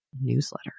newsletter